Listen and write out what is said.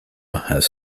has